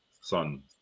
son